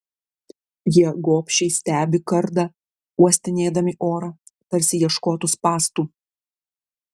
jie gobšiai stebi kardą uostinėdami orą tarsi ieškotų spąstų